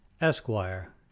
Esquire